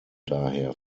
daher